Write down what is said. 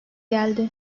geldi